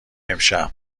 امشب